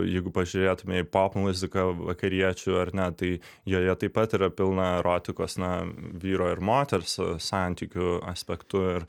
jeigu pažiūrėtume į popmuziką vakariečių ar ne tai joje taip pat yra pilna erotikos na vyro ir moters santykių aspektu ir